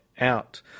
out